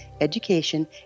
education